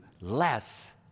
less